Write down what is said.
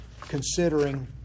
considering